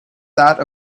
that